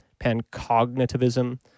pancognitivism